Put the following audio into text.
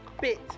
bit